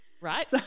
Right